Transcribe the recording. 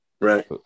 Right